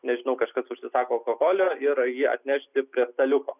nežinau kažkas užsisako alkoholio ir jį atnešti prie staliuko